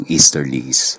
Easterlies